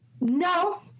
No